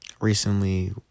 recently